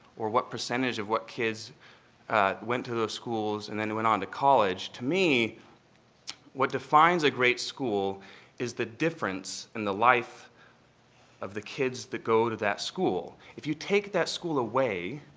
or what percentage of what kids went to those schools and then went on to college. to me what defines a great school is the difference in the life of the kids that go to that school. if you take that school away